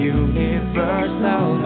universal